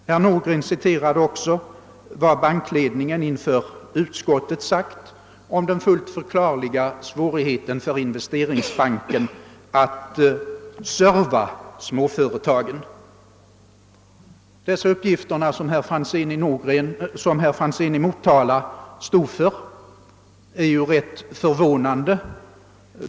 Herr Nordgren citerade också vad bankledningen inför utskottet sagt om den fullt förklarliga svårigheten för Investeringsbanken att »serva» småföretagen. De uppgifter, som herr Franzén i Motala här står för, är därför rätt förvånande.